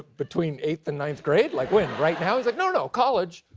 between eighth and ninth grade? like when? right now? he's like, no, no, college.